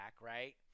right